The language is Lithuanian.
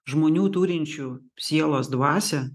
žmonių turinčių sielos dvasią